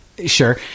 Sure